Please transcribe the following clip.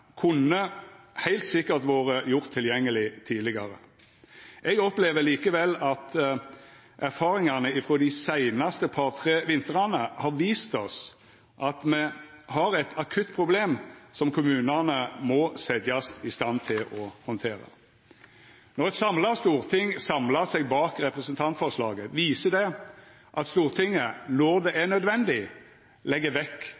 kunne heilt sikkert vore gjort tilgjengeleg tidlegare. Eg opplever likevel at erfaringane frå dei seinaste par–tre vintrane har vist oss at me har eit akutt problem som kommunane må setjast i stand til å handtera. Når eit samla storting samlar seg bak representantforslaget, viser det at Stortinget, når det er nødvendig, legg vekk